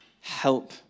help